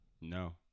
No